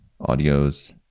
audios